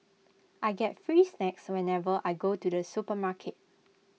I get free snacks whenever I go to the supermarket